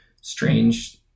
strange